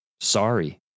Sorry